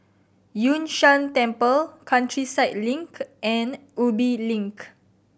Yun Shan Temple Countryside Link and Ubi Link